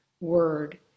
word